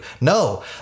No